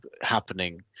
happening